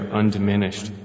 undiminished